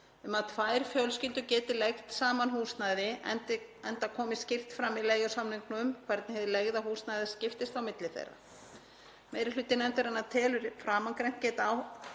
um að tvær fjölskyldur geti leigt saman húsnæði enda komi skýrt fram í leigusamningum hvernig hið leigða húsnæði skiptist á milli þeirra. Meiri hluti nefndarinnar telur framangreint geta